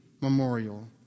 memorial